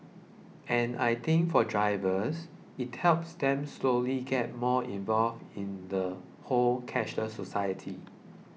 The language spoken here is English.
and I think for drivers it helps them slowly get more involved in the whole cashless society